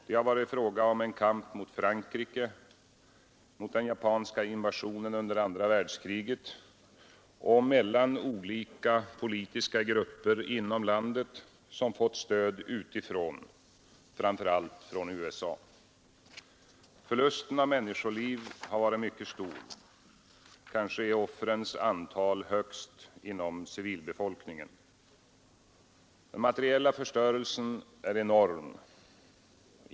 Det har varit fråga om kamp mot Frankrike, mot den japanska invasionen under andra världskriget och mellan olika politiska grupper inom landet, som fått stöd utifrån — framför allt från USA. Förlusten av människoliv har varit mycket stor. Kanske är offrens antal högst inom civilbefolkningen. Den materiella förstörelsen är enorm.